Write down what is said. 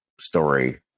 story